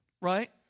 right